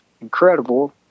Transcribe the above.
incredible